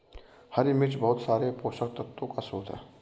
हरी मिर्च बहुत सारे पोषक तत्वों का स्रोत है